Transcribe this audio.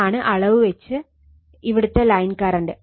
ഇതാണ് അളവ് വെച്ച് ഇവിടുത്തെ ലൈൻ കറണ്ട്